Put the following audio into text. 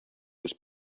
was